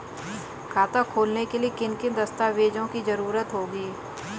खाता खोलने के लिए किन किन दस्तावेजों की जरूरत होगी?